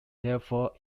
therefore